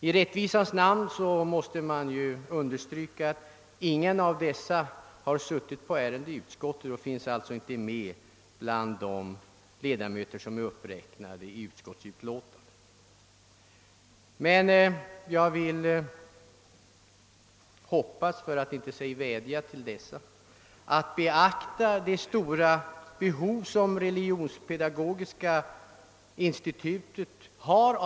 I rättvisans namn måste man understryka att ingen av dessa deltagit i utskottets behandling av frågan. Jag vill vädja till dessa ledamöter att beakta det stora behov av ett statsanslag som Religionspolitiska institutet har.